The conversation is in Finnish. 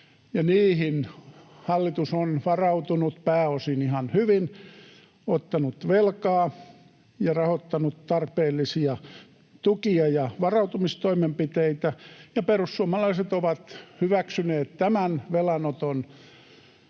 niihin hallitus on varautunut pääosin ihan hyvin, ottanut velkaa ja rahoittanut tarpeellisia tukia ja varautumistoimenpiteitä, ja perussuomalaiset ovat hyväksyneet tämän velanoton näillä